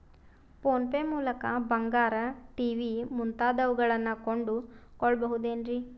Phone pay ಮೂಲಕ ಬಂಗಾರ, TV ಮುಂತಾದವುಗಳನ್ನ ಕೊಂಡು ಕೊಳ್ಳಬಹುದೇನ್ರಿ?